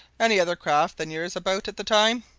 any other craft than yours about at the time?